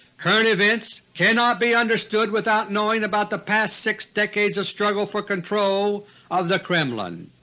current events cannot be understood without knowing about the past six decades of struggle for control of the kremlin.